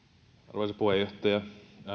arvoisa puheenjohtaja